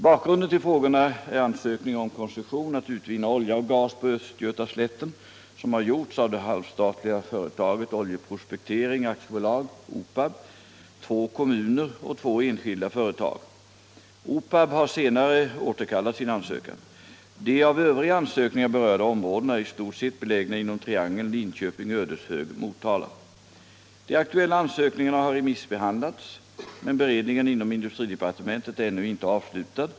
Bakgrunden till frågorna är ansökningar om koncession att utvinna olja och gas på östgötaslätten, som har gjorts av det halvstatliga företaget Oljeprospektering AB , två kommuner och två enskilda företag. OPAB har senare återkallat sin ansökan. De av övriga ansökningar berörda områdena är i stort sett belägna inom triangeln Linköping-Ödeshög Motala. De aktuella ansökningarna har remissbehandlats, men beredningen inom industridepartementet är ännu inte avslutad.